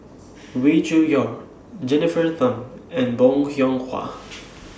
Wee Cho Yaw Jennifer Tham and Bong Hiong Hwa